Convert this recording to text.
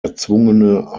erzwungene